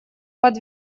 под